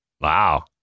Wow